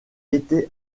été